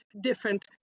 different